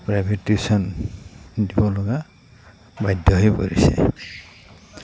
private tuition দিব লগা বাধ্য হৈ পৰিছে